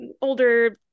older